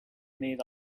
made